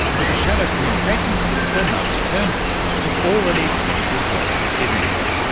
but the shadow communications minister malcolm turnbull has already expressed his grave misgivings,